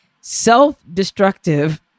self-destructive